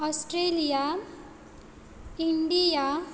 Australia India